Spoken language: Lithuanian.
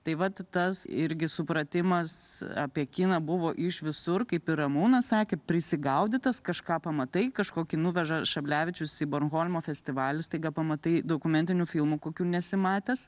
tai vat tas irgi supratimas apie kiną buvo iš visur kaip ir ramūnas sakė prisigaudytas kažką pamatai kažkokį nuveža šablevičius į bornholmo festivalį staiga pamatai dokumentinių filmų kokių nesi matęs